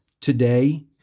today